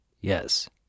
yes